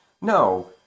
No